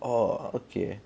orh okay